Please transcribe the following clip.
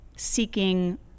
Seeking